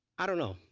i don't know,